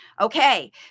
Okay